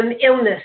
illness